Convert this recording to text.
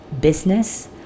business